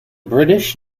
british